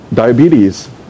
diabetes